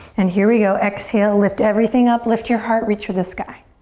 and here we go, exhale, lift everything up, lift your heart, reach for the sky.